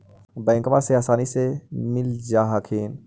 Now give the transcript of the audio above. बैंकबा से आसानी मे मिल जा हखिन?